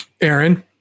Aaron